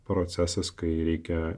procesas kai reikia